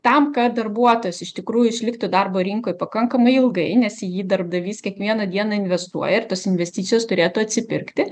tam kad darbuotojas iš tikrųjų išliktų darbo rinkoj pakankamai ilgai nes į jį darbdavys kiekvieną dieną investuoja ir tos investicijos turėtų atsipirkti